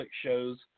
shows